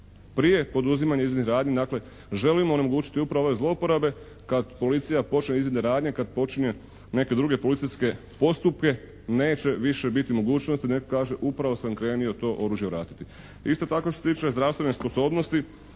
Prije poduzimanja izvidnih radnji, dakle, želimo onemogućiti upravo ove zlouporabe kad policija počne izvidne radnje, kad počinje neke druge policijske postupke neće više biti mogućnosti da netko kaže upravo sam krenio to oružje vratiti. Isto tako što se tiče zdravstvene sposobnosti